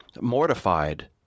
mortified